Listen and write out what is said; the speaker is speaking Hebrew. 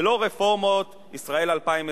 זה לא רפורמות ישראל 2020,